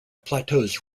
plateaus